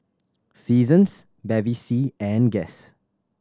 Seasons Bevy C and Guess